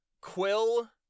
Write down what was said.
Quill